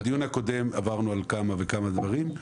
בדיון הקודם עברנו על כמה וכמה דברים.